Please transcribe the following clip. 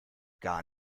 gar